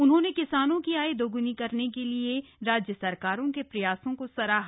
उन्होंने किसानों की आय दोग्नी करने के लिए राज्य सरकारों के प्रयासों को सराहा